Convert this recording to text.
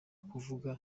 kuvuga